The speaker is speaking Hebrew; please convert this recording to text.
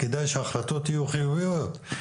כדאי שההחלטות יהיו חיוביות,